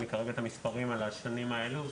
אין לי כרגע את המספרים על השנים האלו,